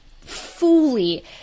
fully